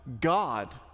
God